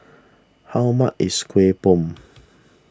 how much is Kueh Bom